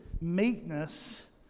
meekness